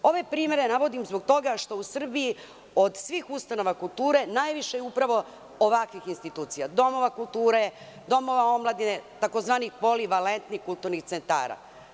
Ove primere navodim zbog toga što je u Srbiji od svih ustanova kulture najviše ovakvih institucija – domova kulture, domova omladine tzv. polivalentnih kulturnih centara.